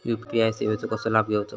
UPI सेवाचो कसो लाभ घेवचो?